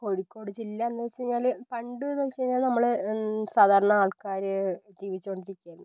കോഴിക്കോട് ജില്ല എന്ന് വെച്ച് കഴിഞ്ഞാല് പണ്ട് എന്ന് വെച്ച് കഴിഞ്ഞാല് നമ്മള് സാധാരണ ആൾക്കാര് ജീവിച്ചു കൊണ്ടിരിക്കുകയാണ്